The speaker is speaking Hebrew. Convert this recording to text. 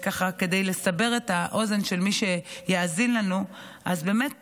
כדי לסבר את האוזן של מי שיאזין לנו, אז באמת